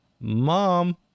Mom